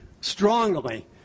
strongly